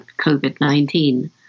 COVID-19